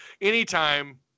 anytime